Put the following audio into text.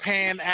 Pan